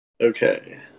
Okay